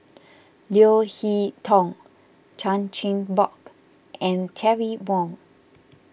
Leo Hee Tong Chan Chin Bock and Terry Wong